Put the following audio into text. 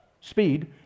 speed